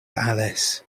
alice